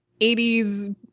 80s